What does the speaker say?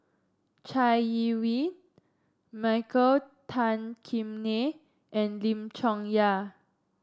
Chai Yee Wei Michael Tan Kim Nei and Lim Chong Yah